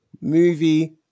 movie